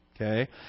Okay